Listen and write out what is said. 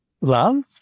love